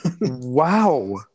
Wow